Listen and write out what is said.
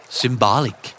symbolic